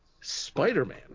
spider-man